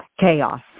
chaos